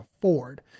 afford